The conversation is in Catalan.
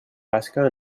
basca